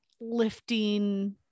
lifting